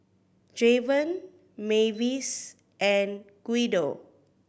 Javon Mavis and Guido